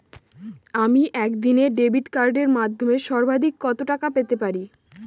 আমি একদিনে ডেবিট কার্ডের মাধ্যমে সর্বাধিক কত টাকা পেতে পারি?